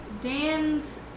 dan's